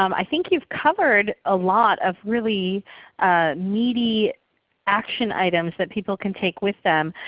um i think you've covered a lot of really meaty action items that people can take with them.